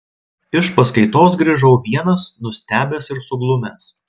iš paskaitos grįžau vienas nustebęs ir suglumęs